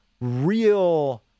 real